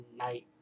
night